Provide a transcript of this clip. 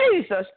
Jesus